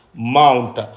Mount